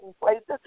places